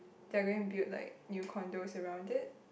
they're going build like new condos around it